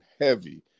heavy